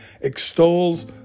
extols